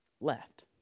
left